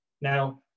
Now